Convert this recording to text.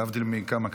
להבדיל מכמה,